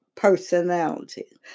Personality